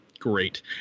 great